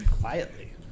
Quietly